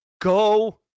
Go